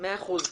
מאה אחוז.